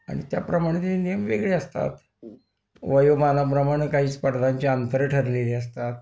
आणि त्याप्रमाणे ते नियम वेगळे असतात वयोमानाप्रमाणे काही स्पर्धांची अंतरं ठरलेली असतात